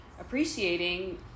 appreciating